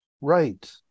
right